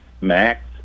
max